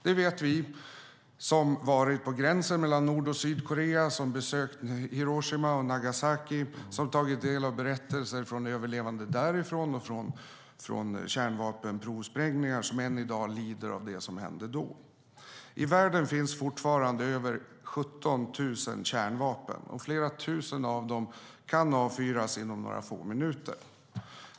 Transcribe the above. Det vet vi som har varit på gränsen mellan Nord och Sydkorea, besökt Hiroshima och Nagasaki och tagit del av berättelser från överlevande därifrån och från kärnvapenprovsprängningar - människor som än i dag lider av det som hände då. I världen finns fortfarande över 17 000 kärnvapen, och flera tusen av dem kan avfyras inom några få minuter.